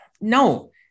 no